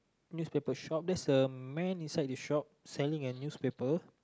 newspaper shop there's a man inside the shop selling a newspaper